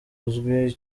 uzwi